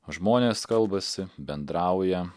žmonės kalbasi bendrauja